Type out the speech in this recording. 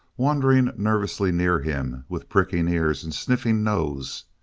wandering nervously near him with pricking ears and sniffing nose.